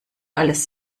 alles